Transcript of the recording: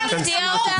זה לא סביר.